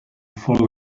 follow